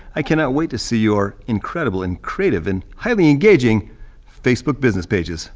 i cannot wait to see your incredible and creative and highly engaging facebook business pages.